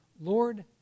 Lord